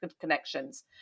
connections